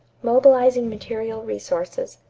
mobilizing material resources.